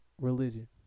Religion